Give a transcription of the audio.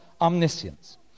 omniscience